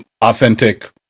authentic